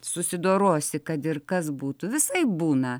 susidorosi kad ir kas būtų visaip būna